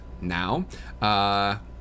now